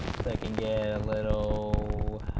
second yeah a little